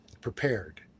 prepared